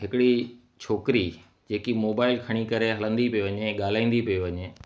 हिकिड़ी छोकिरी जेकी मोबाइल खणी करे हलंदी पई वञे ॻाल्हाईंदी पई वञे